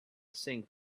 sink